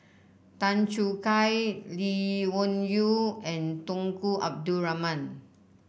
Tan Choo Kai Lee Wung Yew and Tunku Abdul Rahman